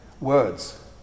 words